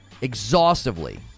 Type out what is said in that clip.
exhaustively